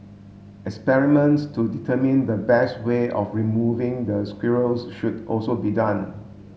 experiments to determine the best way of removing the squirrels should also be done